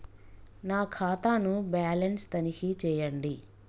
నా ఖాతా ను బ్యాలన్స్ తనిఖీ చేయండి?